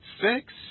six